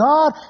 God